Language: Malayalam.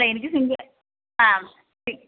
അല്ല എനിക്ക് ആ